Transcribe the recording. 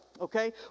Okay